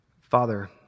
Father